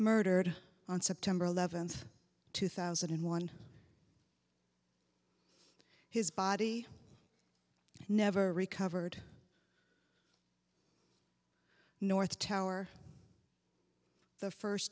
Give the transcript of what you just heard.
murdered on september eleventh two thousand and one his body never recovered north tower the first